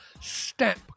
step